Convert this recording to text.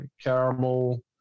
caramel